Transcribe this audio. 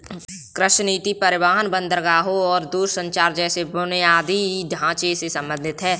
कृषि नीति परिवहन, बंदरगाहों और दूरसंचार जैसे बुनियादी ढांचे से संबंधित है